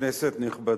כנסת נכבדה,